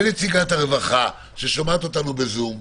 ונציגת הרווחה ששומעת אותנו בזום,